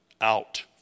out